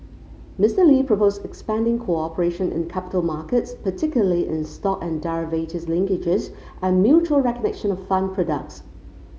Mister Lee proposed expanding cooperation in capital markets particularly in stock and derivatives linkages and mutual recognition of fund products